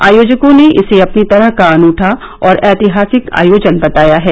आयोजकों ने इसे अपनी तरह का अनुठा और ऐतिहासिक आयोजन वताया है